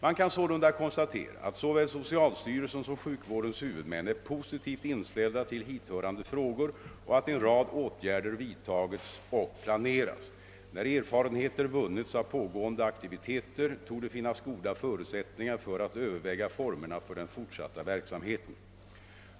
Man kan sålunda konstatera att såväl socialstyrelsen som sjukvårdens huvudmän är positivt inställda till hithörande frågor och att en rad åtgärder vidtagits och planerats. När erfarenheter vunnits av pågående aktiviteter torde det finnas goda förutsättningar för att överväga formerna för den fortsatta verksamheten.